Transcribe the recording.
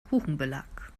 kuchenbelag